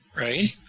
right